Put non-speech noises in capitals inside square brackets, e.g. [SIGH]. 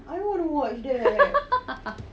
[LAUGHS]